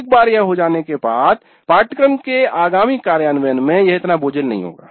एक बार यह हो जाने के बाद पाठ्यक्रम के आगामी कार्यान्वयन में यह इतना बोझिल नहीं होगा